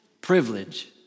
privilege